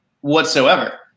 whatsoever